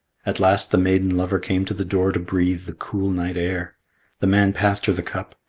at last the maiden lover came to the door to breathe the cool night air the man passed her the cup,